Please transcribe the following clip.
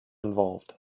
involved